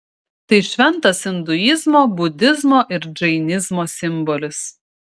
tai šventas induizmo budizmo ir džainizmo simbolis